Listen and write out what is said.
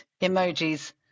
emojis